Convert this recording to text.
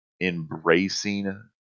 embracing